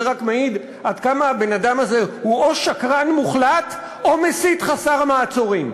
זה רק מעיד עד כמה הבן-אדם הזה הוא או שקרן מוחלט או מסית חסר מעצורים.